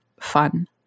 fun